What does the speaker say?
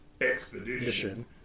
expedition